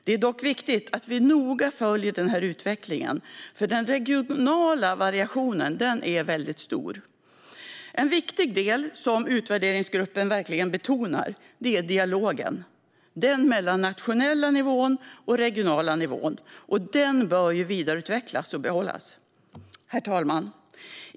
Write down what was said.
Det är dock viktigt att vi noga följer utvecklingen eftersom den regionala variationen är stor. En viktig del som utvärderingsgruppen betonar är dialogen mellan den nationella nivån och den regionala nivån. Den bör vidareutvecklas och behållas. Herr talman!